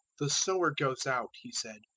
the sower goes out, he said,